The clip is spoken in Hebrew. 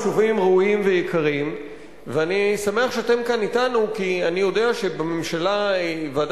אני מנצל את ההזדמנות שאתם כאן כדי לשכנע אתכם